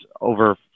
over